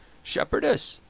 shepherdess,